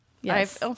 Yes